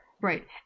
right